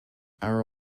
our